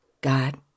God